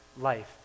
life